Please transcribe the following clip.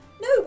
No